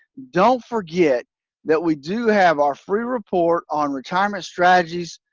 don't forget that we do have our free report on retirement strategies,